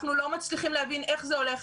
אנחנו לא מצליחים להבין איך זה הולך.